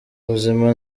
buzima